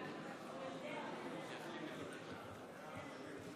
חברי הכנסת, אנחנו עוברים לנושא הבא